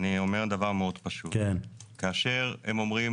אני אומר דבר מאוד פשוט כאשר הם אומרים